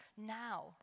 now